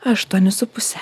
aštuoni su puse